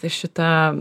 tai šita